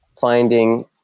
finding